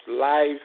life